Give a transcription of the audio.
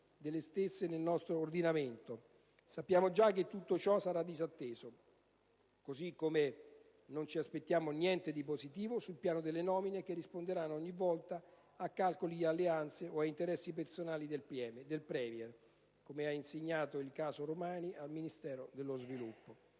delle stesse nel nostro ordinamento. Sappiamo già che tutto ciò sarà disatteso, così come non ci aspettiamo niente di positivo sul piano delle nomine, che risponderanno come ogni volta a calcoli di alleanze o a interessi personali del Premier (come ha insegnato il caso Romani al Ministero dello sviluppo